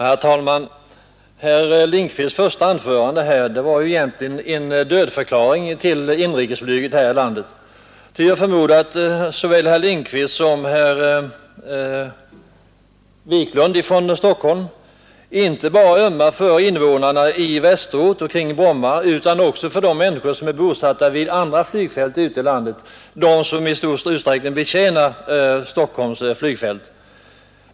Herr talman! Herr Lindkvists första anförande var egentligen en dödförklaring av inrikesflyget här i landet. Jag förmodar nämligen att såväl herr Lindkvist som herr Wiklund i Stockholm ömmar inte bara för invånarna i Västerort och kring Bromma utan också för de människor som är bosatta vid andra flygfält i landet — de som i stor utsträckning betjänar Stockholms flygfält.